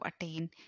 attain